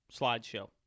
slideshow